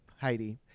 Heidi –